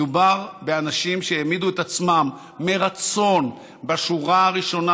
מדובר באנשים שהעמידו את עצמם מרצון בשורה הראשונה,